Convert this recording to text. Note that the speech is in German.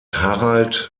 harald